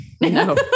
No